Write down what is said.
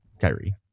Kyrie